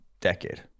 decade